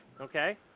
Okay